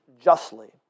justly